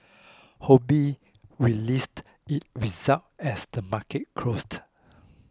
Ho Bee released its results as the market closed